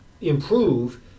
improve